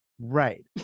Right